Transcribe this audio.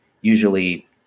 usually